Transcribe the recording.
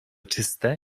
czyste